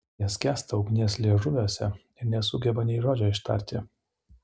jie skęsta ugnies liežuviuose ir nesugeba nei žodžio ištari